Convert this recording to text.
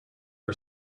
for